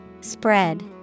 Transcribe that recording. Spread